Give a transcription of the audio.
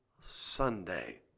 Sunday